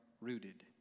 rooted